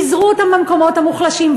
פיזרו אותם במקומות המוחלשים,